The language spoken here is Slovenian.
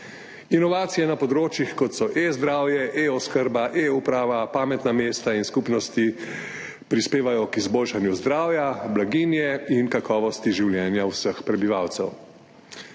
Inovacije na področjih, kot so e-zdravje, e-oskrba, e-uprava, pametna mesta in skupnosti, prispevajo k izboljšanju zdravja, blaginje in kakovosti življenja vseh prebivalcev.